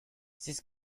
this